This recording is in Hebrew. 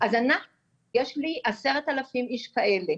יש לי עשרת אלפים איש כאלה.